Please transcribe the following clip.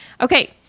Okay